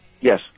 yes